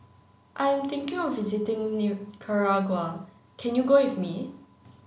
I am thinking of visiting Nicaragua can you go with me